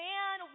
Man